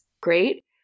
great